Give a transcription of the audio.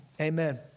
amen